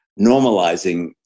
normalizing